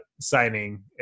signing